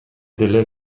деле